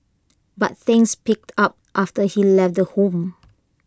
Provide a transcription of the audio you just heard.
but things picked up after he left the home